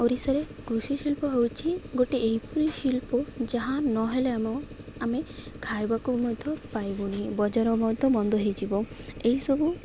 ଓଡ଼ିଶାରେ କୃଷି ଶିଳ୍ପ ହେଉଛିି ଗୋଟେ ଏହିପରି ଶିଳ୍ପ ଯାହା ନହେଲେ ଆମ ଆମେ ଖାଇବାକୁ ମଧ୍ୟ ପାଇବୁନି ବଜାର ମଧ୍ୟ ବନ୍ଦ ହେଇଯିବ ଏହିସବୁ